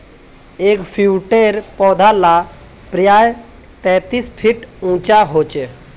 एगफ्रूटेर पौधा ला प्रायः तेतीस फीट उंचा होचे